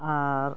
ᱟᱨ